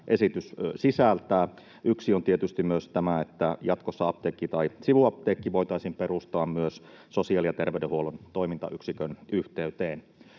esitys sisältää. Yksi on tietysti myös se, että jatkossa apteekki tai sivuapteekki voitaisiin perustaa myös sosiaali- ja terveydenhuollon toimintayksikön yhteyteen.